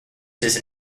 his